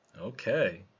Okay